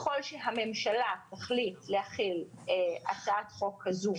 ככל שהממשלה תחליט להעביר הצעת חוק כזו